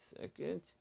second